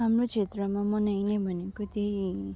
हाम्रो क्षेत्रमा मनाइने भनेको त्यही